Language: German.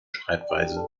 schreibweise